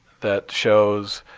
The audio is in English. that shows,